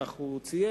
כך הוא ציין,